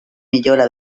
millora